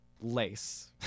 Lace